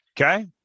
Okay